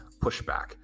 pushback